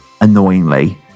annoyingly